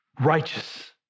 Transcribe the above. righteous